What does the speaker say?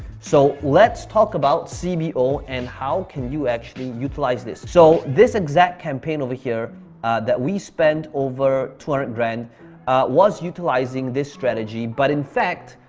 so let's talk about c b o. and how can you actually utilize this? so this exact campaign over here that we spent over two hundred grand was utilizing this strategy. but in fact,